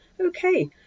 okay